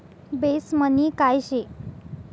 Base money काय शे?